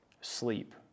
sleep